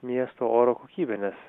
miesto oro kokybę nes